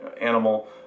animal